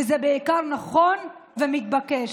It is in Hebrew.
וזה בעיקר נכון ומתבקש.